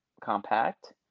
compact